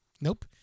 Nope